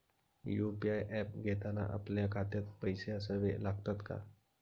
UPI app घेताना आपल्या खात्यात पैसे असावे लागतात का?